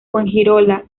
fuengirola